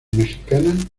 mexicana